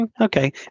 okay